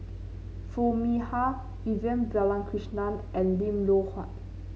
Foo Mee Har Vivian Balakrishnan and Lim Loh Huat